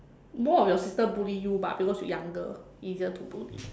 more of your sister bully you bah because you younger easier to bully